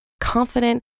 confident